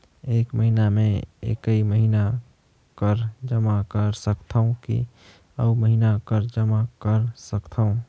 एक महीना मे एकई महीना कर जमा कर सकथव कि अउ महीना कर जमा कर सकथव?